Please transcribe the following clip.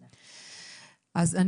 אז,